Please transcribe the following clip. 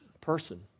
person